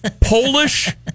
Polish